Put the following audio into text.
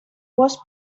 was